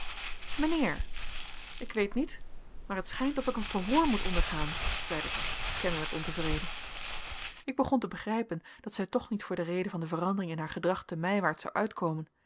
mijnheer ik weet niet maar het schijnt of ik een verhoor moet ondergaan zeide zij kennelijk ontevreden ik begon te begrijpen dat zij toch niet voor de reden van de verandering in haar gedrag te mijwaart zou uitkomen